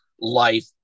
life